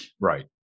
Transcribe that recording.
Right